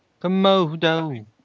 Komodo